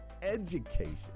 education